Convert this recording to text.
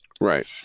Right